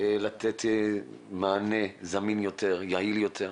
לתת מענה זמין ויעיל יותר,